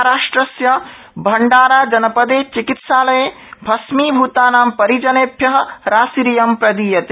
महाराष्ट्रस्य भण्डाराजनपदे चिकित्सालये भस्मीभूतानां परिजनेभ्य राशिरियं प्रदीयते